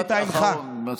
משפט אחרון.